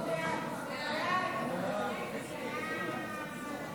הצעת סיעת יש עתיד להביע